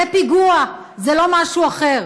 זה פיגוע, זה לא משהו אחר.